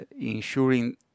ensuring